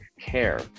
care